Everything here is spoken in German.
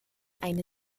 eine